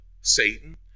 Satan